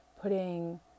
putting